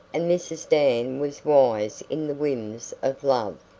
and mrs. dan was wise in the whims of love.